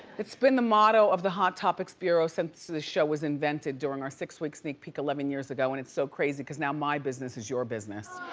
it's been the motto of the hot topics bureau since the show was invented during our six weeks sneak peek eleven years ago, and it's so crazy cause now my business is your business.